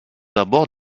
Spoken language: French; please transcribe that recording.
abords